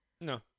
No